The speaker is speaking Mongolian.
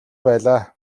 байлаа